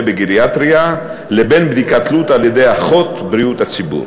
בגריאטריה לבין בדיקת תלות על-ידי אחות בריאות הציבור.